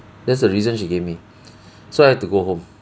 that's the reason she gave me so I had to go home